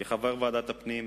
כחבר ועדת הפנים,